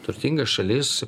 turtinga šalis